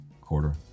Quarter